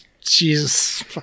Jesus